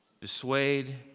dissuade